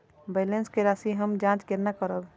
Balance के राशि हम जाँच केना करब?